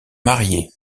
mariée